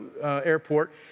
Airport